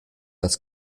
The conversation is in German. das